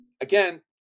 again